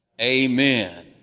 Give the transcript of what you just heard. Amen